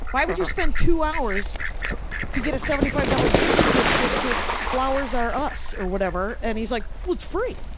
why would you spend two hours to get a seventy five dollars gift certificate to flowers r us or whatever. and he's like, well it's free.